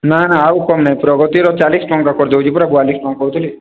ନା ନା ଆଉ କମ ନାହିଁ ପ୍ରଗତିର ଚାଳିଶ ଟଙ୍କା କରି ଦେଉଛି ପରା ବୟାଳିଶ ଟଙ୍କା କହୁଥିଲି